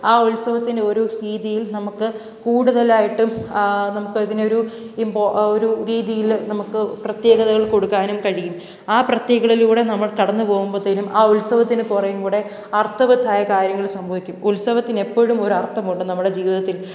ആ ഉത്സവത്തിന്റെ ഓരോ രീതിയില് നമുക്ക് കൂടുതലായിട്ടും നമുക്ക് ഇതിനെ ഒരു ഇമ്പോ ഒരു രീതിയിൽ നമുക്ക് പ്രത്യേകതകള് കൊടുക്കാനും കഴിയും ആ പ്രത്യേകളിലൂടെ നമ്മള് കടന്ന് പോകുമ്പോഴ്ത്തേനും ആ ഉത്സവത്തിന് കുറെയും കൂടെ അര്ത്ഥവത്തായ കാര്യങ്ങള് സംഭവിക്കും ഉത്സവത്തിന് എപ്പോഴും ഒരര്ത്ഥമുണ്ട് നമ്മുടെ ജീവിതത്തില്